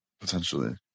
Potentially